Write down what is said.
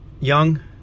young